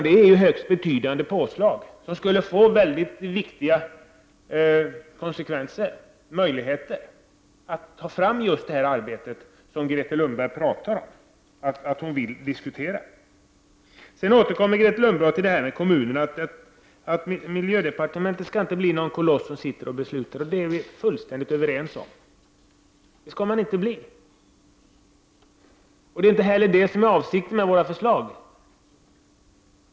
Det är högst betydande påslag och skulle ge väldigt viktiga möjligheter att föra fram det arbete som Grethe Lundblad vill diskutera. Grethe Lundblad återkom till kommunernas ansvar och sade att miljödepartementet inte skulle bli en koloss som bara sitter och beslutar. Det är vi fullständigt överens om. Det skall departementet inte bli. Det är inte heller avsikten med våra förslag.